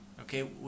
okay